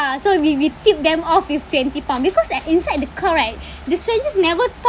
so we we tipped them off with twenty pound because at inside the car right the strangers never talk